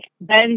Ben